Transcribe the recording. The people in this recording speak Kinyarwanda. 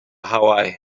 hawaii